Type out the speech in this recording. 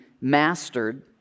mastered